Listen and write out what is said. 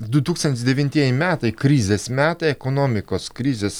du tūkstantis devintieji metai krizės metai ekonomikos krizės